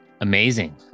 amazing